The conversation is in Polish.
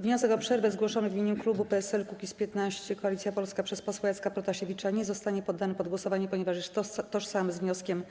Wniosek o przerwę zgłoszony w imieniu klubu Koalicja Polska - PSL - Kukiz15 przez posła Jacka Protasiewicza nie zostanie poddany pod głosowanie, ponieważ jest tożsamy z wnioskiem